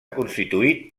constituït